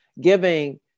giving